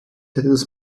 des